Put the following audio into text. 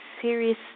serious